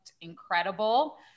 incredible